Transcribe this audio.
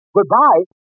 Goodbye